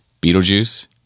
Beetlejuice